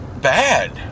bad